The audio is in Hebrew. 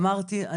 אמרתי,